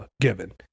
given